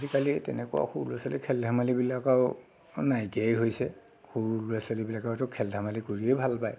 আজিকালি তেনেকুৱা সৰু ল'ৰা ছোৱালীৰ খেল ধেমালিবিলাক আৰু নাইকিয়াই হৈছে সৰু ল'ৰা ছোৱালীবিলাকেতো খেল ধেমালি কৰিয়ে ভাল পায়